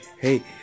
hey